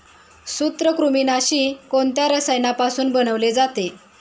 सूत्रकृमिनाशी कोणत्या रसायनापासून बनवले जाते?